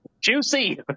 Juicy